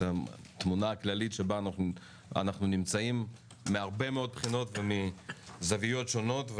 התמונה הכללית שבה אנחנו נמצאים מהרבה מאוד בחינות ומזוויות שונות.